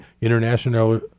International